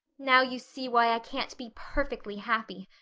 now you see why i can't be perfectly happy.